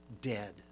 dead